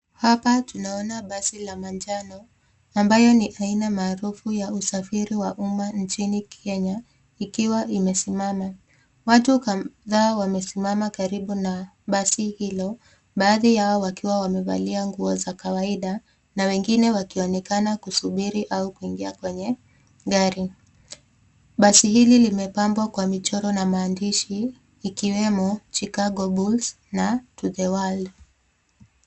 Hapa tunaona basi la manjano ambayo ni aina maarufu ya usafiri wa umma nchini Kenya ikiwa imesimama. Watu kadhaa wamesimama karibu na basi hilo baadhi yao wakiwa wamevalia nguo za kawaida na wengine wakionekana kusubiri au kuingia kwenye gari. Basi hili limepambwa kwa michoro na maandishi ikiwemo Chicago Bulls na to the world .